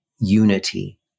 unity